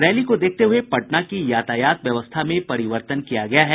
rally को देखते हुये पटना की यातायात व्यवस्था में परिवर्तन किया गया है